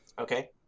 Okay